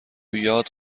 یاد